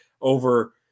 over